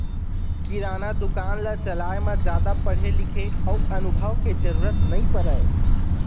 किराना दुकान ल चलाए म जादा पढ़े लिखे अउ अनुभव के जरूरत नइ परय